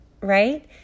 right